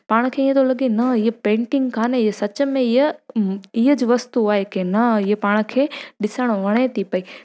पाण खे ईअं थो लॻे न हीअ पेंटिंग कान्हे हीउ सच में ईअं हीअ जो वस्तू आहे की न हीअ पाण खे ॾिसण वणे थी पई